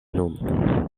nun